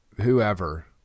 whoever